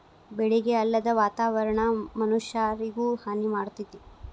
ಬೆಳಿಗೆ ಅಲ್ಲದ ವಾತಾವರಣಾ ಮನಷ್ಯಾರಿಗು ಹಾನಿ ಮಾಡ್ತತಿ